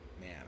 man